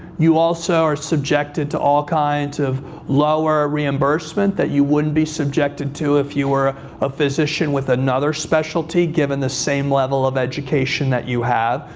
you also are subjected to all kinds of lower reimbursement that you wouldn't be subjected to if you were a physician with another specialty, given the same level of education that you have.